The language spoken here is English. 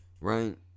Right